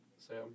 Sam